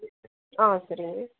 ஆ சரிங்க